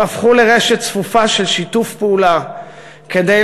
הם הפכו לרשת צפופה של שיתוף פעולה כדי